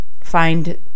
find